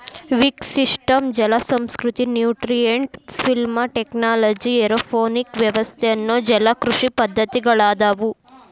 wick system ಜಲಸಂಸ್ಕೃತಿ, nutrient film technology, aeroponic ವ್ಯವಸ್ಥೆ ಅನ್ನೋ ಜಲಕೃಷಿ ಪದ್ದತಿಗಳದಾವು